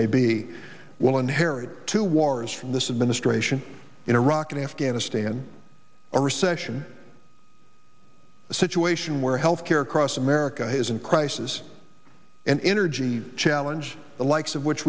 may be will inherit two wars from this administration in iraq and afghanistan a recession a situation where health care across america is in crisis and energy challenge the likes of which